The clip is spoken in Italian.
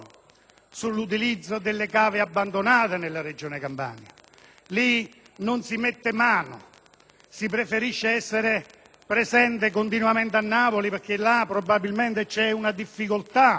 sull'utilizzo delle cave abbandonate nella Regione Campania. A tale questione non si mette mano, ma si preferisce essere presenti continuamente a Napoli perché probabilmente lì ci sono difficoltà